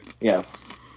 Yes